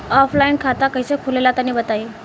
Offline खाता कइसे खुले ला तनि बताई?